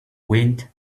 wind